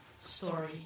story